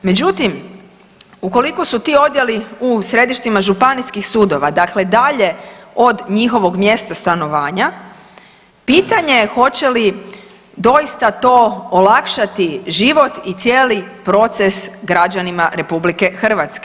Međutim, ukoliko su ti odjeli u središtima županijskih sudova, dakle dalje od njihovog mjesta stanovanja pitanje je hoće li doista to olakšati život i cijeli proces građanima RH.